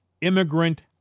immigrant